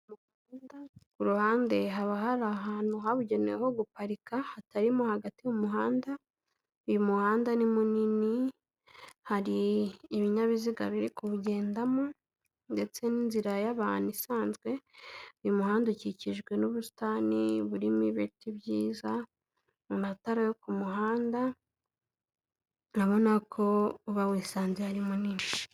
Ku ruhande haba hari ahantu habugenewe ho guparika, hatarimo hagati mu muhanda. Uyu muhanda ni munini hari ibinyabiziga biri kuwugendamo, ndetse n'inzira y'abantu isanzwe. Uyu muhanda ukikijwe n'ubusitani burimo ibiti byiza, amatara yo ku muhanda. Urabona ko uba wisanze harimo nyinshi.